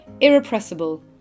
Irrepressible